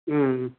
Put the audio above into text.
ಹ್ಞೂ